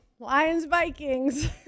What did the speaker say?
Lions-Vikings